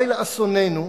אולי לאסוננו,